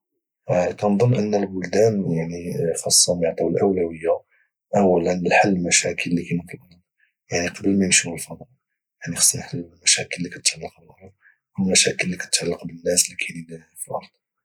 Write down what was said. كنظن ان البلدان يعني خاصهم يعطيوا الاولويه اولا لحل المشاكل اللي كاينه في الارض يعني قبل ما يمشيوا للفضاء يعني خاصنا نحلوا المشاكل اللي كاتعلق بالارض والمشاكل اللي كاتعلق بالناس اللي كاينين في الارض